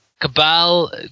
Cabal